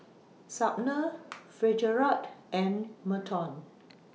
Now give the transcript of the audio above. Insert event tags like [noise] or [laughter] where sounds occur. Sumner [noise] Fitzgerald and Merton